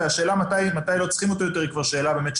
והשאלה מתי לא צריכים אותו יותר היא כבר שאלה של